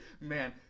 man